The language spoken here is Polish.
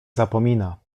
zapomina